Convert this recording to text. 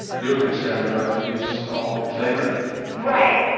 you are concerned about the use of flavourings. right.